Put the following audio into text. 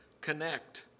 connect